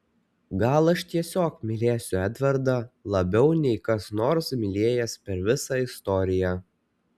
gal aš tiesiog mylėsiu edvardą labiau nei kas nors mylėjęs per visą istoriją